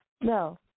No